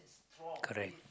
correct